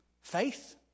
Faith